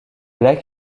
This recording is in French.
lac